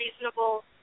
reasonable